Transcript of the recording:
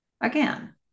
again